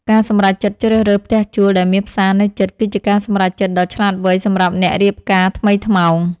ការសម្រេចចិត្តជ្រើសរើសផ្ទះជួលដែលមានផ្សារនៅជិតគឺជាការសម្រេចចិត្តដ៏ឆ្លាតវៃសម្រាប់អ្នករៀបការថ្មីថ្មោង។